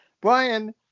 Brian